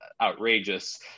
outrageous